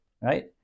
right